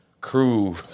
crew